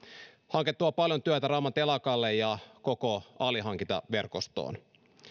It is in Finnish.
hanke tuo paljon työtä rauman telakalle ja koko alihankintaverkostoon